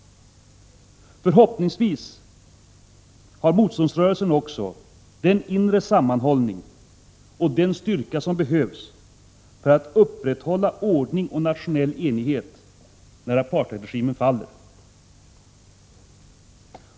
Förhoppningsvis har motståndsrörelsen också den inre sammanhållning och den styrka som behövs för att upprätthålla ordning och nationell enighet när apartheidregimen faller.